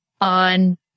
on